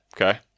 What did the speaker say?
Okay